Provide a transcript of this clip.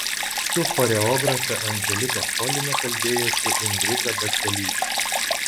su choreografe anželika cholina kalbėjosi ingrida bačelytė